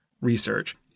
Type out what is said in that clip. research